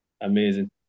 amazing